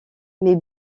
mais